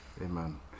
Amen